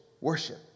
worship